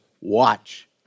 Watch